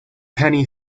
penny